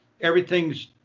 everything's